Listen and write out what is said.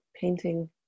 painting